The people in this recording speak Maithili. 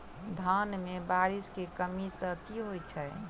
धान मे बारिश केँ कमी सँ की होइ छै?